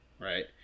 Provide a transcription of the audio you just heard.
right